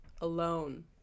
alone